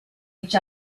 each